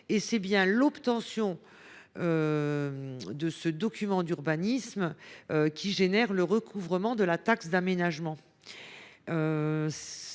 et c’est bien l’obtention de ce document d’urbanisme qui déclenche le recouvrement de la taxe d’aménagement.